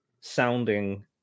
sounding